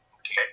okay